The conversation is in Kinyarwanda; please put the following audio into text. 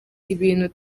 ibintu